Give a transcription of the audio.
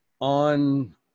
on